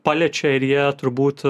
paliečia ir jie turbūt